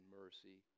mercy